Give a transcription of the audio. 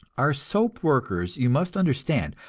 our soap workers, you must understand,